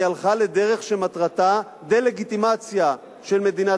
היא הלכה לדרך שמטרתה דה-לגיטימציה של מדינת